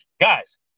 Guys